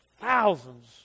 thousands